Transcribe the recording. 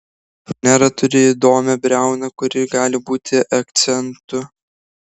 fanera turi įdomią briauną kuri gali būti akcentu